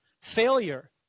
failure